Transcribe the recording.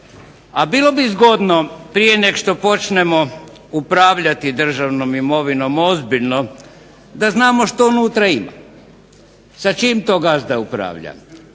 a bilo bi zgodno da prije nego što počnemo upravljati državnom imovinom ozbiljno, da znamo što unutra ima. Sa čim to gazda upravlja.